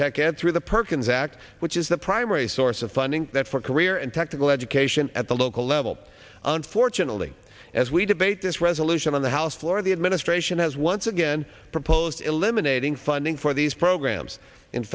tech and through the perkins act which is the primary source of funding for career and technical education at the local level unfortunately as we debate this resolution on the house floor the administration has once again proposed eliminating funding for these programs in